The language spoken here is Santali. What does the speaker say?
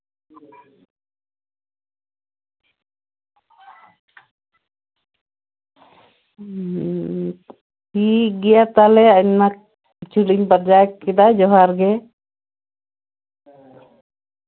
ᱦᱩᱸ ᱴᱷᱤᱠ ᱜᱮᱭᱟ ᱛᱟᱦᱞᱮ ᱟᱭᱢᱟ ᱠᱤᱪᱷᱩᱞᱤᱧ ᱵᱟᱰᱟᱭ ᱠᱮᱫᱟ ᱡᱚᱦᱟᱨᱜᱮ